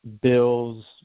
bills